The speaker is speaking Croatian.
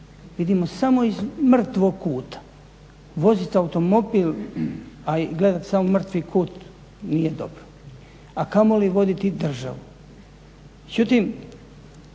Vidimo samo iz mrtvog kuta. Voziti automobil, a gledati samo mrtvi kut nije dobro, a kamoli voditi državu. Međutim,